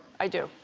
i do